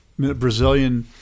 Brazilian